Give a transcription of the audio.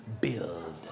Build